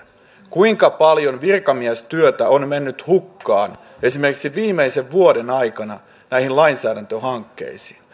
kuinka paljon virkamiestyötä on mennyt hukkaan esimerkiksi viimeisen vuoden aikana näihin lainsäädäntöhankkeisiin